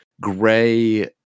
Gray